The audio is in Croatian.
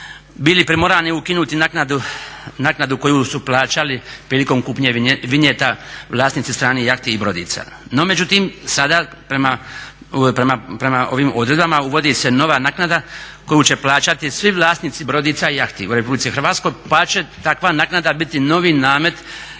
bili primorani ukinuti naknadu koju su plaćali prilikom kupnje vinjeta, vlasnici stranih jahti i brodica. No, međutim sada prema ovim odredbama uvodi se nova naknada koju će plaćati svi vlasnici brodica i jahti u RH pa će takva naknada biti novi namet